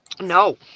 No